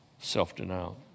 Self-denial